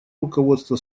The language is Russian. руководства